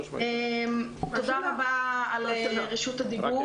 תודה רבה על רשות הדיבור.